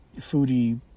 foodie